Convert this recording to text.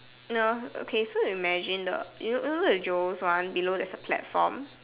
no okay so you imagine the you know you know the Joe's one below there's a platform